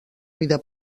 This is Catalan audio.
vida